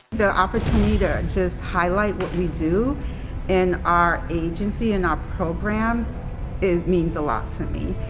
the opportunity to just highlight what we do in our agency and our programs it means a lot to me.